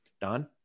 Don